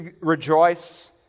rejoice